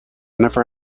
never